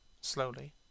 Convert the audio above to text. slowly